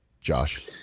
josh